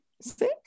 See